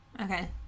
Okay